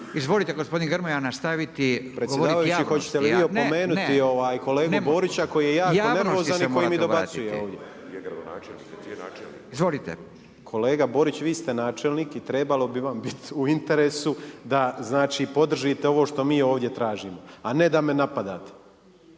izvolite gospodine Grmoja nastaviti govoriti…/… Predsjedavajući, hoćete li vi opomenuti kolegu Borića koji je jako nervozan i koji mi dobacuje ovdje? …/Upadica Radin: Izvolite./… Kolega Borić, vi ste načelnik i trebalo bi vam biti u interesu da znači, podržite ovo što mi ovdje tražimo a ne da me napadate.